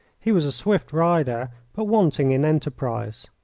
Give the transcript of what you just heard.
he was a swift rider, but wanting in enterprise.